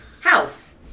House